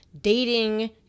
dating